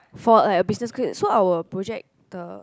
for a like a business quiz so our project the